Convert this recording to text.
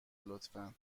لطفا